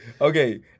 Okay